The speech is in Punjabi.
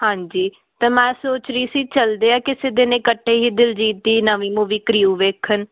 ਹਾਂਜੀ ਅਤੇ ਮੈਂ ਸੋਚ ਰਹੀ ਸੀ ਚੱਲਦੇ ਹਾਂ ਕਿਸੇ ਦਿਨ ਇਕੱਠੇ ਹੀ ਦਿਲਜੀਤ ਦੀ ਨਵੀਂ ਮੂਵੀ ਕ੍ਰਿਊ ਵੇਖਣ